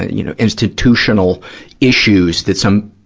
you know, institutional issues that some,